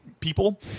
people